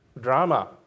drama